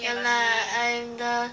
!hanna! I'm the